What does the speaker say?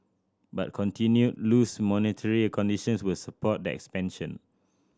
but continued loose monetary conditions will support the expansion